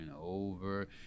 over